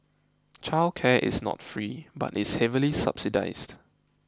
childcare is not free but is heavily subsidised